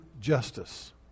justice